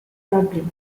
dublin